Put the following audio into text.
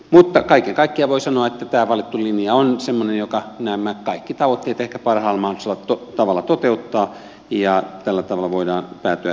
mutta kaiken kaikkiaan voi sanoa että tämä valittu linja on semmoinen joka nämä kaikki tavoitteet ehkä parhaalla mahdollisella tavalla toteuttaa ja tällä tavalla voidaan päätyä hyväksyttävään lopputulokseen